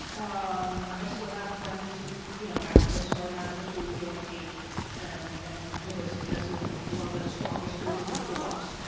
um i still have friends, and you know activists and organizers, who feel like hate and and divisiveness is one of the strongest tools in their toolbox.